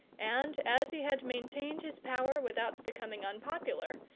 and as he had maintained his power without becoming unpopular,